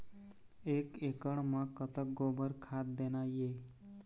एक एकड़ म कतक गोबर खाद देना ये?